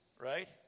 right